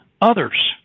others